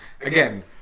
again